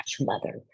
mother